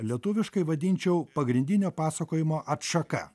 lietuviškai vadinčiau pagrindinio pasakojimo atšaka